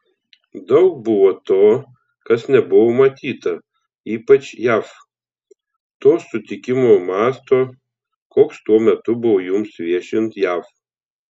daug buvo to kas nebuvo matyta ypač jav to sutikimo masto koks tuo metu buvo jums viešint jav